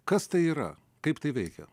kas tai yra kaip tai veikia